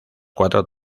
cuatro